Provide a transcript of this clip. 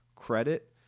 credit